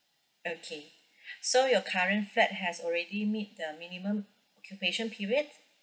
okay so your current flat has already meet the minimum occupation period